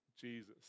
Jesus